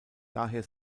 daher